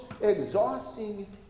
exhausting